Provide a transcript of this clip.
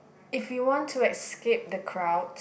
if you want to escape the crowd